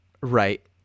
Right